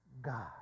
God